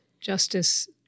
Justice